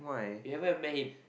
you haven't met him